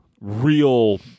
Real